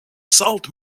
salt